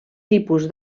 tipus